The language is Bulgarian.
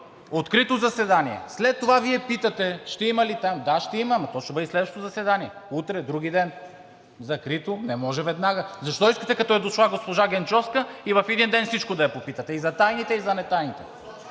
открито заседание…“, след това Вие питате: „Ще има ли там… Да, ще има, но то ще бъде следващо заседание – утре, вдругиден, закрито, не може веднага. Защо искате, като е дошла госпожа Генчовска, в един ден всичко да я попитате – и за тайните, и за нетайните.